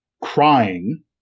crying